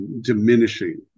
diminishing